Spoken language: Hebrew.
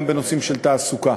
גם בנושאים של תעסוקה.